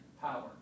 power